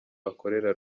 akorera